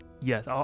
Yes